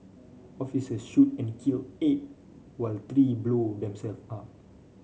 officer shoot and kill eight while three blow themself up